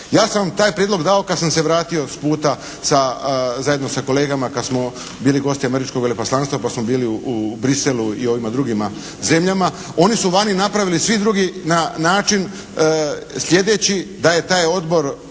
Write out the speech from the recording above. Ja sam taj prijedlog dao kada sam se vratio sa puta, zajedno sa kolegama kada smo bili gosti američkog veleposlanstva pa smo bili u Bruxellesu i ovima drugima zemljama. Oni su vani napravili svi drugi na način sljedeći, da je taj odbor